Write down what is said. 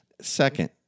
Second